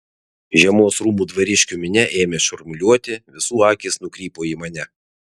žiemos rūmų dvariškių minia ėmė šurmuliuoti visų akys nukrypo į mane